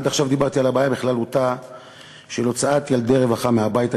עד עכשיו דיברתי על הבעיה של הוצאת ילדי רווחה מהבית בכללותה.